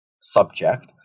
subject